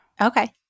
Okay